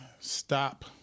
stop